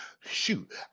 Shoot